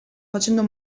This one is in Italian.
facendo